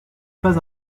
pas